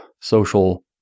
social